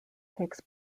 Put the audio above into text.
takes